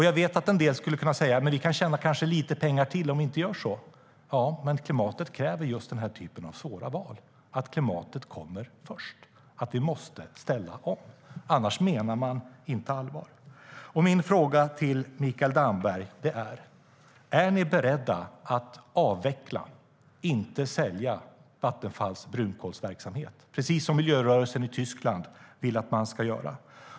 Jag vet att en del skulle kunna säga "Men vi kan kanske tjäna lite pengar till om vi inte gör så". Ja, men klimatet kräver just den här typen av svåra val. Klimatet kommer först. Vi måste ställa om. Annars menar man inte allvar. Min fråga till Mikael Damberg är: Är ni beredda att avveckla, inte sälja, Vattenfalls brunkolsverksamhet, precis som miljörörelsen i Tyskland vill att man ska göra?